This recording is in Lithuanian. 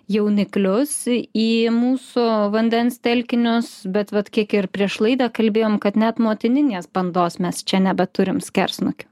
jauniklius į mūsų vandens telkinius bet vat kiek ir prieš laidą kalbėjom kad net motininės bandos mes čia nebeturim skersnukių